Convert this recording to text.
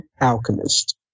alchemist